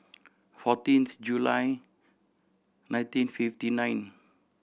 fourteenth July nineteen fifty ninth